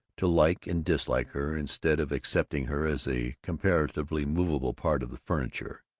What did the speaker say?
to like and dislike her instead of accepting her as a comparatively movable part of the furniture,